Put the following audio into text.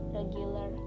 regular